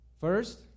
First